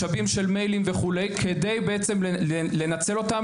משאבים של מיילים וכו' כדי בעצם לנצל אותם